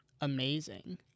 amazing